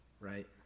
Right